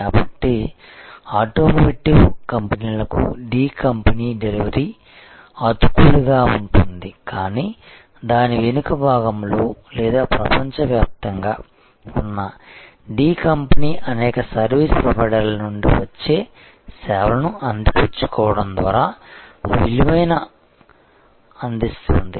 కాబట్టి ఆటోమోటివ్ కంపెనీలకు D company delivery అతుకులుగా ఉంటుంది కానీ దాని వెనుక భాగంలో లేదా ప్రపంచవ్యాప్తంగా ఉన్న D కంపెనీ అనేక సర్వీస్ ప్రొవైడర్ల నుండి వచ్చే సేవలను అందిపుచ్చుకోవడం ద్వారా విలువను అందిస్తుంది